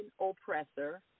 oppressor